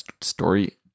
Story